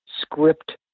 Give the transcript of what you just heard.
script